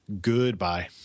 goodbye